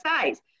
size